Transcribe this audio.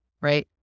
right